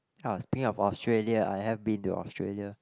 ah speaking of Australia I have been to Australia